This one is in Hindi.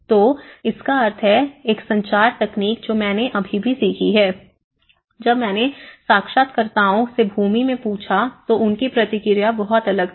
तो जिसका अर्थ है एक संचार तकनीक जो मैंने भी सीखी है जब मैंने साक्षात्कारकर्ताओं से भूमि में पूछा तो उनकी प्रतिक्रिया बहुत अलग थी